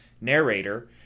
narrator